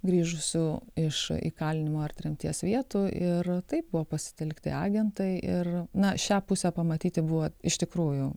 grįžusių iš įkalinimo ar tremties vietų ir taip buvo pasitelkti agentai ir na šią pusę pamatyti buvo iš tikrųjų